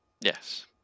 Yes